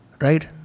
right